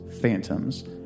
phantoms